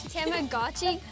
Tamagotchi